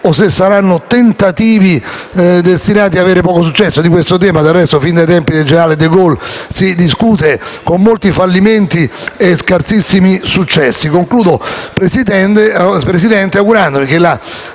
o se saranno tentativi destinati ad avere poco successo. Di questo tema, del resto, si discute fin dai tempi del generale De Gaulle con molti fallimenti e scarsissimi successi. Concludo, signor Presidente, augurandomi che le